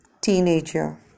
teenager